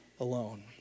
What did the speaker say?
alone